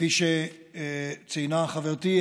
כפי שציינה חברתי,